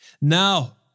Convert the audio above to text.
Now